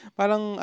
parang